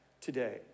today